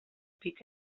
pic